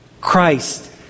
Christ